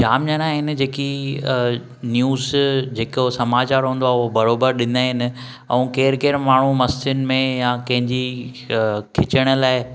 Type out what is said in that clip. जाम ॼणा आहिनि जेकी न्यूज़ जेको समाचार हूंदो आहे हो बराबरि ॾींदा आहिनि ऐं केर केर माण्हूं मस्तिनि में या कंहिंजी खिचण लाइ